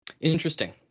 Interesting